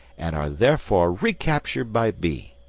and are therefore recaptured by b.